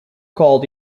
called